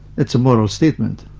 it's a moral statement.